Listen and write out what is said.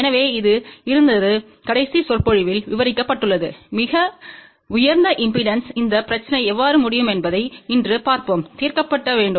எனவே இது இருந்தது கடைசி சொற்பொழிவில் விவரிக்கப்பட்டுள்ளது மிக உயர்ந்த இம்பெடன்ஸ் இந்த பிரச்சினை எவ்வாறு முடியும் என்பதை இன்று பார்ப்போம் தீர்க்கப்பட வேண்டும்